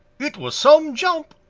it was some jump!